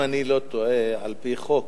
אם אני לא טועה, על-פי חוק,